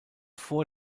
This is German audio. vor